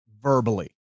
verbally